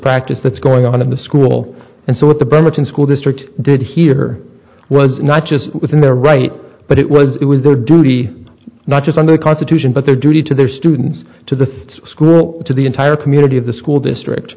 practice that's going on in the school and so what the burlington school district did here was not just within their right but it was it was their duty not just on the constitution but their duty to their students to the school to the entire community of the school district